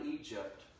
Egypt